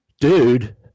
Dude